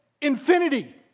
Infinity